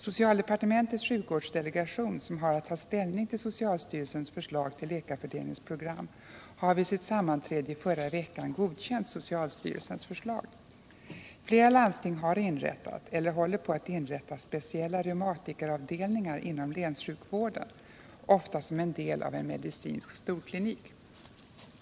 Socialdepartementets sjukvårdsdelegation, som har att ta ställning till socialstyrelsens förslag till läkarfördelningsprogram, har vid sitt sammanträde i förra veckan godkänt socialstyrelsens förslag. Flera landsting har inrättat eller håller på att inrätta speciella reumatikeravdelningar inom länssjukvården, ofta som en del av en medicinsk storklinik.